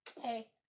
hey